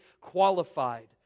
qualified